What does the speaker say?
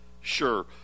sure